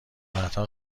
بعدها